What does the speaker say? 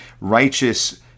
righteous